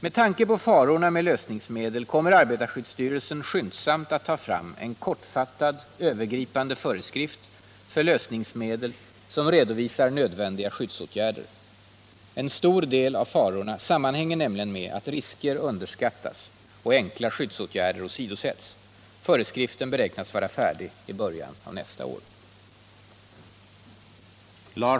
Med tanke på farorna med lösningsmedel kommer arbetarskyddsstyrelsen skyndsamt att ta fram en kortfattad övergripande föreskrift för lösningsmedel som redovisar nödvändiga skyddsåtgärder. En stor del av farorna sammanhänger nämligen med att risker underskattas och enkla skyddsåtgärder åsidosätts. Föreskriften beräknas vara färdig i början av nästa år.